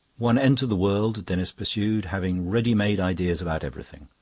one entered the world, denis pursued, having ready-made ideas about everything.